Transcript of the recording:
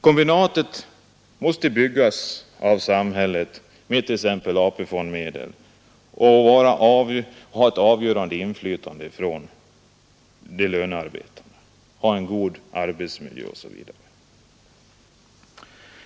Kombinatet måste byggas upp av samhället, t.ex. med AP-fonds medel, och lönearbetarna måste där ha ett avgörande inflytande, bl.a. när det gäller tillskapandet av en god arbetsmiljö.